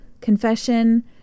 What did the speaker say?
confession